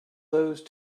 those